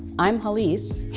i'm hallease,